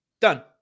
Done